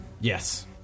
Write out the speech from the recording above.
Yes